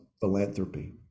philanthropy